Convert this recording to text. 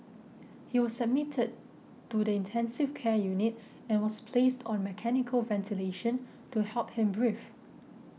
he was admitted to the intensive care unit and was placed on mechanical ventilation to help him breathe